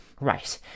Right